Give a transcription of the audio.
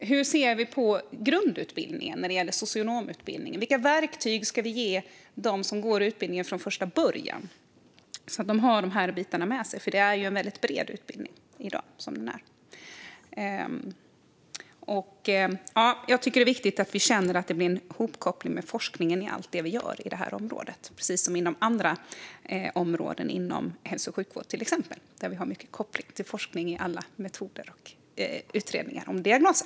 Hur ser vi på grundutbildningen i socionomutbildningen? Vilka verktyg ska vi ge dem som går utbildningen från början, så att de har dessa bitar med sig? Det är ju en bred utbildning. Det är viktigt att vi känner att forskningen kopplas ihop med allt som görs på området, precis som på andra områden inom hälso och sjukvården. Där finns en koppling till forskning om metoder och utredningar om diagnoser.